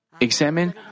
examine